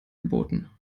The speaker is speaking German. geboten